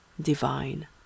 divine